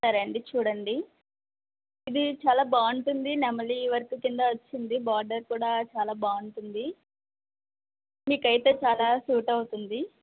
సరే అండి చూడండి ఇది చాలా బాగుంటుంది నెమలి వర్క్ కింద వచ్చింది బోర్డర్ కూడా చాలా బాగుంటుంది మీకైతే చాలా సూట్ అవుతుంది